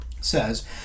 says